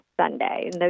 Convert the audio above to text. Sunday